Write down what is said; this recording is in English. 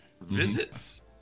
visits